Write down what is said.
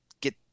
Get